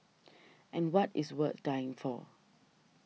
and what is worth dying for